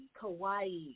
Kauai